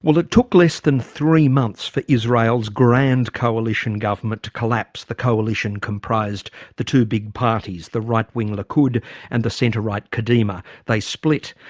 it took less than three months for israel's grand coalition government to collapse. the coalition comprised the two big parties, the right wing likud and the centre right, kadima. they split.